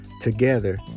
together